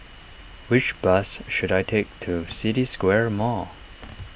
which bus should I take to City Square Mall